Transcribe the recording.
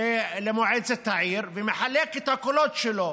למועצת העיר, ומחלק את הקולות שלו